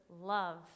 love